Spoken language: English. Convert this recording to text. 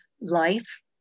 life